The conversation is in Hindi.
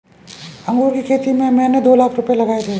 अंगूर की खेती में मैंने दो लाख रुपए लगाए थे